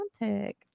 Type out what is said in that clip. romantic